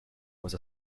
was